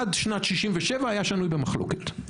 עד שנת 1967 היה שנוי במחלוקת,